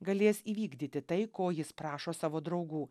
galės įvykdyti tai ko jis prašo savo draugų